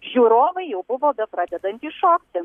žiūrovai jau buvo bepradedantys šokti